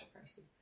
person